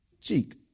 cheek